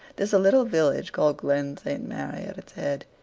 there's a little village called glen st. mary at its head,